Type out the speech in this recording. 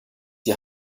die